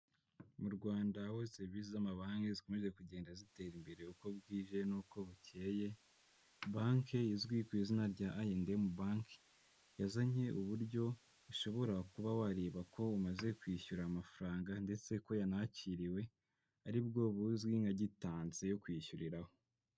Mu Rwanda, aho serivisi z'amabanki zikomeje kugenda zitera imbere uko bwije n'uko bukeye, banki izwi ku izina rya Ayi andi emu banki yazanye uburyo ushobora kuba wareba ko umaze kwishyura amafaranga ndetse ko yanakiriwe, aribwo buzwi nka gitanse yo kwishyuriraho.